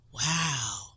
Wow